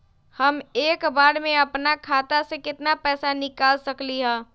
हम एक बार में अपना खाता से केतना पैसा निकाल सकली ह?